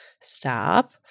Stop